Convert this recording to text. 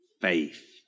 Faith